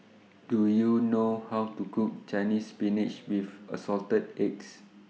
Do YOU know How to Cook Chinese Spinach with Assorted Eggs